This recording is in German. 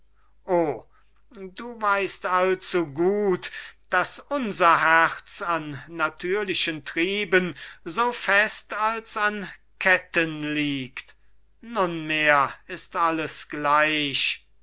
o du weißt allzu gut daß unser herz an natürlichen trieben so fest als an ketten liegt nunmehr ist alles gleich